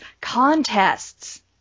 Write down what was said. Contests